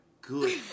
good